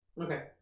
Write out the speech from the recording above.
Okay